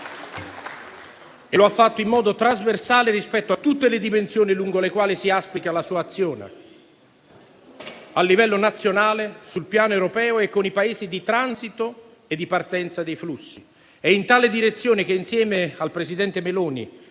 e lo ha fatto in modo trasversale rispetto a tutte le dimensioni lungo le quali si esplica la sua azione, a livello nazionale, sul piano europeo e con i Paesi di transito e di partenza dei flussi. È in tale direzione che, insieme al presidente Meloni